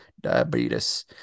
Diabetes